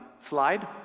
slide